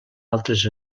altres